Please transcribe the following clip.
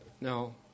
No